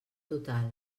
total